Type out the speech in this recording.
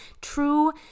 true